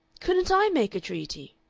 couldn't i make a treaty?